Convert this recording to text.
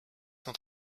not